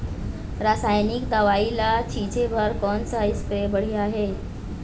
रासायनिक दवई ला छिचे बर कोन से स्प्रे बढ़िया हे?